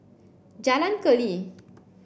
Jalan Keli